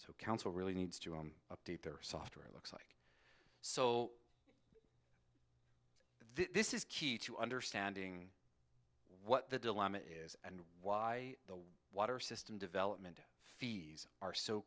so council really needs to update their software looks so this is key to understanding what the dilemma is and why the water system development fees are so